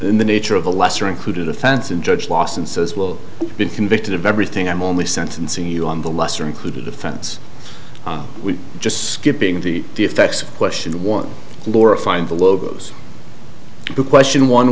in the nature of a lesser included offense and judge lawson says well been convicted of everything i'm only sentencing you on the lesser included offense we just skipping the effects of question one laura find the logos to question one